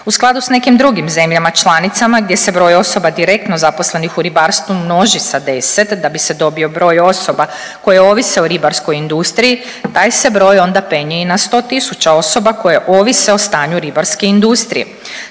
U skladu sa nekim drugim zemljama članicama gdje se broj osoba direktno zaposlenih u ribarstvu množi sa 10 da bi se dobio broj osoba koji ovise o ribarskoj industriji, taj se broj onda penje i na 100 tisuća osoba koje ovise o stanju ribarske industrije.